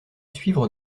suivre